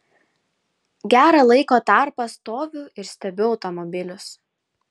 gerą laiko tarpą stoviu ir stebiu automobilius